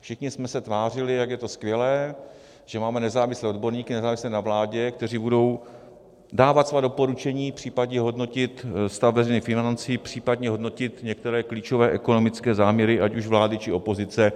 Všichni jsme se tvářili, jak je to skvělé, že máme nezávislé odborníky, nezávislé na vládě, kteří budou dávat svá doporučení, případně hodnotit stav veřejných financí, případně hodnotit některé klíčové ekonomické záměry ať už vlády, či opozice.